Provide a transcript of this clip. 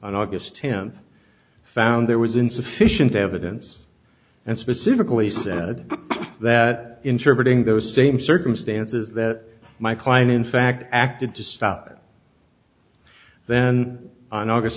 on august him found there was insufficient evidence and specifically said that interpreting those same circumstances that my client in fact acted to stop then on august